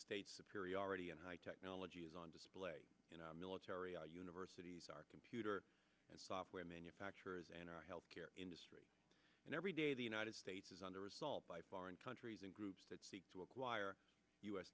states of curiosity and high technology is on display in our military our universities our computer software manufacturers and our healthcare industry and every day the united states is under assault by foreign countries and groups that seek to acquire u